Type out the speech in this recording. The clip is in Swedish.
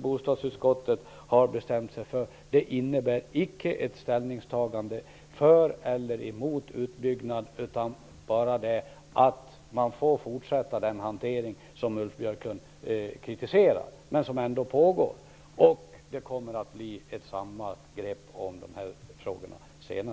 bostadsutskottets majoritet har bestämt sig för icke innebär ett ställningstagande för eller emot utbyggnad utan bara att man får fortsätta den hantering som Ulf Björklund kritiserar men som ändå pågår. Det kommer att tas ett samlat grepp om de här frågorna senare.